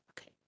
Okay